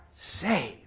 saved